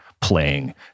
playing